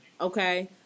okay